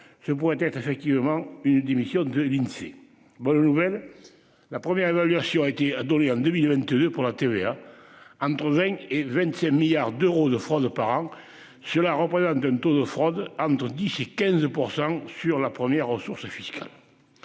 Ce pourrait être effectivement une diminution de l'Insee. Bonne nouvelle, la première évaluation été a donné en 2022 pour la TVA. Entre 20 et 25 milliards d'euros de fraude aux parents. Cela représente un taux de fraude entre 10 et 15% sur la première ressource fiscale.